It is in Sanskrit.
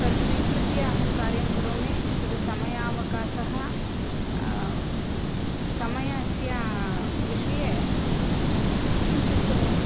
तत्स्वीकृत्य अहं कार्यं करोमि तत् समयावकाशः समयस्य विषये किञ्चित्